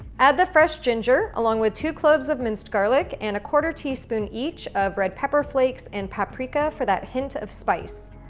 add the fresh ginger along with two cloves of minced garlic and a quarter teaspoon each of red pepper flakes and paprika for that hint of spice.